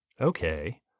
Okay